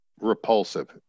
repulsive